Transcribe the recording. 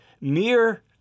mere